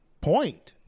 point